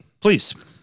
Please